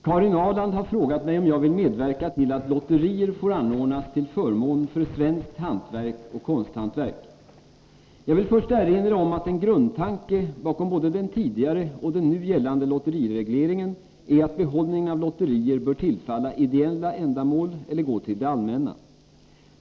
Herr talman! Karin Ahrland har frågat mig om jag vill medverka till att lotterier får anordnas till förmån för svenskt hantverk och konsthantverk. Jag vill först erinra om att en grundtanke bakom både den tidigare och den nu gällande lotteriregleringen är att behållningen av lotterier bör gå till ideella ändamål eller tillfalla det allmänna.